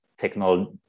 technology